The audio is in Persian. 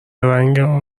رنگ